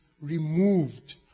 removed